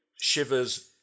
shivers